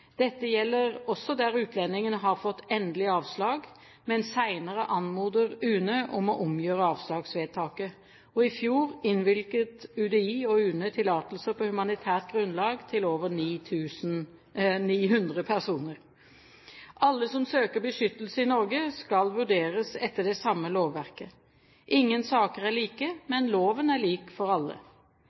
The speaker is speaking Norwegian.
Dette gjelder også der utlendingen har fått endelig avslag, men senere anmoder UNE om å omgjøre avslagsvedtaket. I fjor innvilget UDI og UNE tillatelser på humanitært grunnlag til over 900 personer. Alle som søker beskyttelse i Norge, skal vurderes etter det samme lovverket. Ingen saker er like, men loven er lik for alle.